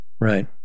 Right